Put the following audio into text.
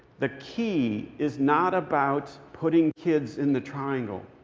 the key is not about putting kids in the triangle.